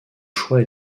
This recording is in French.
choix